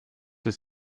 ist